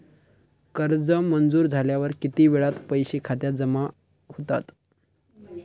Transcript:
कर्ज मंजूर झाल्यावर किती वेळात पैसे खात्यामध्ये जमा होतात?